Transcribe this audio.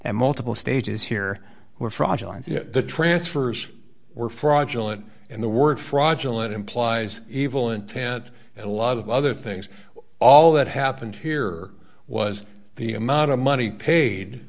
and multiple stages here were fraudulent the transfers were fraudulent and the word fraudulent implies evil intent and a lot of other things all that happened here was the amount of money paid